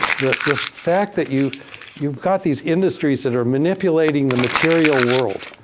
the the fact that you you got these industries that are manipulating the material world.